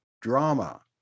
Drama